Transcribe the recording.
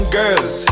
girls